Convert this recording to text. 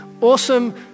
awesome